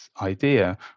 idea